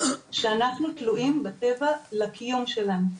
שאנחנו תלויים בטבע לקיום שלנו.